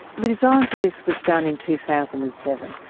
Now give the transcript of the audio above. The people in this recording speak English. the design for this was done in two thousand and seven.